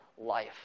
life